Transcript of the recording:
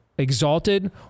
exalted